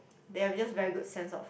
they've just very good sense of